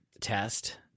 test